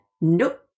Nope